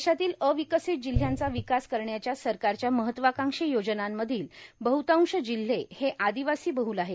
देशातील अविकासित जिल्ह्यांचा विकास करण्याच्या सरकारच्या महत्वाकांक्षी योजनांमधील बद्दतांश जिल्हे हे आदिवासी बहुल आहेत